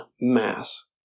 mass